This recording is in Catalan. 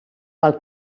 pel